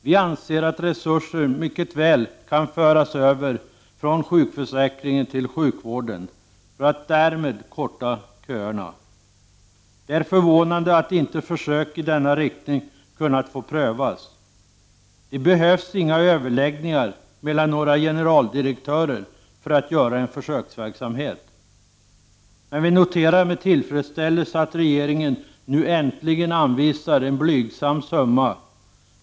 Vi anser att resurser mycket väl kan föras över från sjukförsäkringen till sjukvården för att därmed förkorta köerna. Det är förvånande att försök i denna riktning inte har kunnat göras. Det behövs inga överläggningar mellan generaldirektörer för att åstadkomma en försöksverksamhet. Vi noterar dock med tillfredsställelse att regeringen nu äntligen anvisar en blygsam summa.